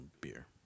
beer